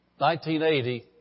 1980